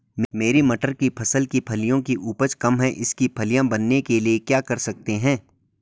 मेरी मटर की फसल की फलियों की उपज कम है इसके फलियां बनने के लिए क्या कर सकते हैं?